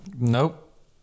nope